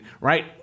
right